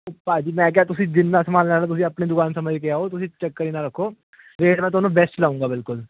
ਭਾਜੀ ਮੈਂ ਕਿਹਾ ਤੁਸੀਂ ਜਿੰਨਾ ਸਮਾਨ ਲੈਣਾ ਤੁਸੀਂ ਆਪਣੀ ਦੁਕਾਨ ਸਮਝ ਕੇ ਆਓ ਤੁਸੀਂ ਚੱਕਰ ਹੀ ਨਾ ਰੱਖੋ ਰੇਟ ਮੈਂ ਤੁਹਾਨੂੰ ਬੈਸਟ ਲਾਊਂਗਾ ਬਿਲਕੁਲ